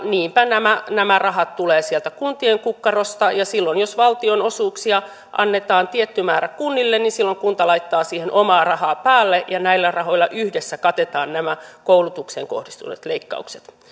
niinpä nämä nämä rahat tulevat sieltä kuntien kukkarosta ja jos valtionosuuksia annetaan tietty määrä kunnille niin silloin kunta laittaa siihen omaa rahaa päälle ja näillä rahoilla yhdessä katetaan nämä koulutukseen kohdistuneet leikkaukset